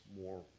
more